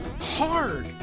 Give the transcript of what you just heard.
hard